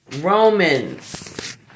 Romans